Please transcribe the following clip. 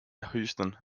houston